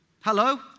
Hello